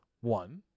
one